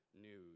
news